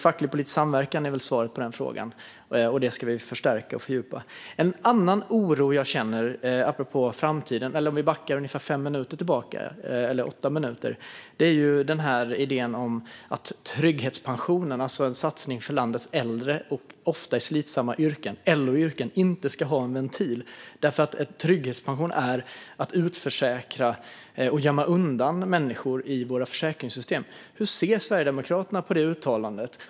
Facklig-politisk samverkan är väl svaret på den frågan. Den ska vi förstärka och fördjupa. En annan oro jag känner för framtiden, om vi backar ungefär åtta minuter, gäller idén om att trygghetspensionen - en satsning för landets äldre, ofta i slitsamma yrken, eller LO-yrken - inte ska ha en ventil därför att en trygghetspension innebär att man utförsäkrar och gömmer undan människor i våra försäkringssystem. Hur ser Sverigedemokraterna på det uttalandet?